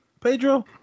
Pedro